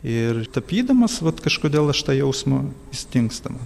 ir tapydamas vat kažkodėl aš tą jausmą jis dingsta man